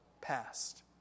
past